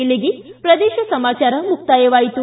ಇಲ್ಲಿಗೆ ಪ್ರದೇಶ ಸಮಾಚಾರ ಮುಕ್ತಾಯವಾಯಿತು